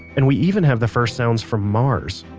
and we even have the first sounds from mars.